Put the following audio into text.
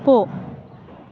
போ